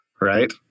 right